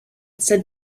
said